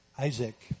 Isaac